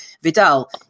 Vidal